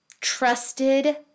trusted